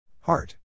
Heart